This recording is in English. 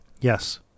yes